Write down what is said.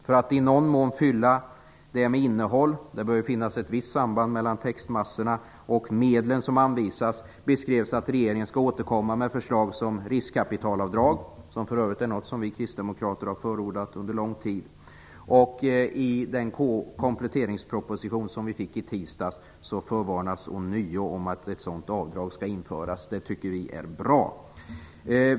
För att i någon mån fylla detta med innehåll, det bör ju finnas ett visst samband mellan textmassorna och de medel som anvisas, har det beskrivits att regeringen skall återkomma med förslag om riskkapitalavdrag - för övrigt något som vi kristdemokrater under lång tid har förordat. I den kompletteringsproposition som vi fick i tisdags förvarnas det ånyo om att ett sådant avdrag skall införas. Det tycker vi är bra.